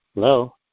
Hello